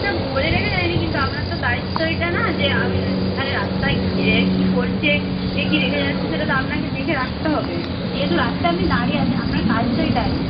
না বলে রেখে যাইনি কিন্তু আপনার তো দায়িত্ব এটা না যে আমি এখানে রাস্তায় কে কী করছে কে কী রেখে যাচ্ছে সেটা তো আপনাকে দেখে রাখতে হবে যেহেতু রাস্তায় আপনি দাঁড়িয়ে আছেন আপনার কাজ তো এটাই